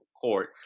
court